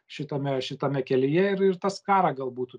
šitame šitame kelyje ir ir tas karą gal būtų